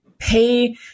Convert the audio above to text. pay